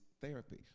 therapy